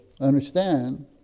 understand